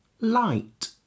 light